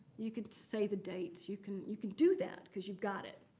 you can say the dates. you can you can do that. because you've got it.